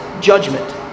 judgment